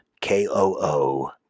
K-O-O